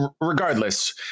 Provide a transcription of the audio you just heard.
regardless